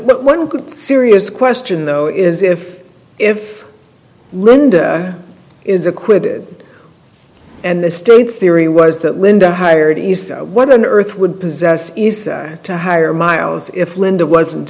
one could serious question though is if if linda is acquitted and the state's theory was that linda hired you so what on earth would possess to hire miles if linda wasn't